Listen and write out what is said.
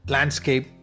Landscape